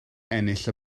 ennill